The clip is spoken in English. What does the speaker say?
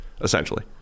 essentially